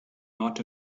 not